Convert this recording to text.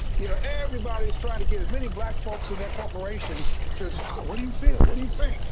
you know, everybody is trying to get as many black folks in their corporation to what do you feel? what do you think?